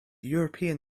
european